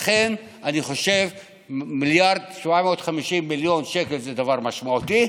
אני חושב ש-1.75 מיליארד שקל זה דבר משמעותי,